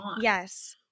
Yes